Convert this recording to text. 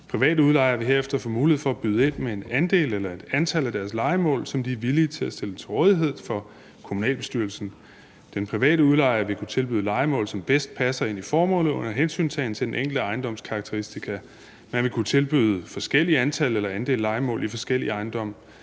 Private udlejere vil herefter få mulighed for at byde ind med en andel eller et antal af deres lejemål, som de er villige til at stille til rådighed for kommunalbestyrelsen. Den private udlejer vil kunne tilbyde lejemål, som bedst passer ind i formålet under hensyntagen til den enkelte ejendoms karakteristika. Man vil kunne tilbyde forskellige antal eller andele lejemål i forskellige ejendomme.